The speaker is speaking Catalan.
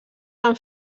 van